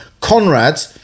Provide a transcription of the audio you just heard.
Conrad